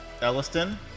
Elliston